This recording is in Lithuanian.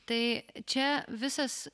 tai čia visas